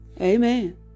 Amen